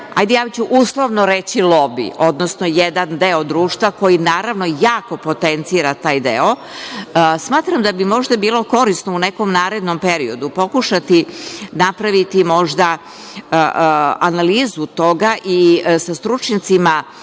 hajde ja ću uslovno reći, lobi, odnosno jedan deo društva koji naravno jako potencira taj deo. Smatram da bi možda bilo korisno u nekom narednom periodu pokušati napraviti možda analizu toga i sa stručnjacima